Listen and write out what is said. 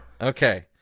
Okay